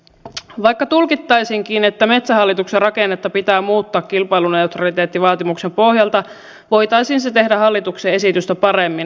vaikka tulkittaisiinkin että metsähallituksen rakennetta pitää muuttaa kilpailuneutraliteettivaatimuksen pohjalta voitaisiin se tehdä hallituksen esitystä paremmin